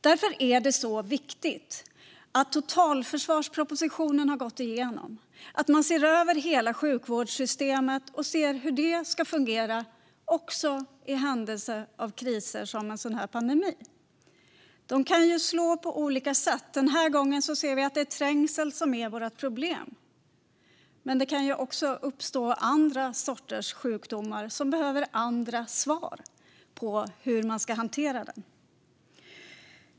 Därför är det viktigt att totalförsvarspropositionen har gått igenom och att man ser över hela sjukvårdssystemet och hur det ska fungera, också i händelse av kriser som en pandemi. Det kan slå på olika sätt. Den här gången ser vi att det är trängsel som är problemet, men det kan också uppstå andra sorters sjukdomar som behöver andra svar på hur man ska hantera dem.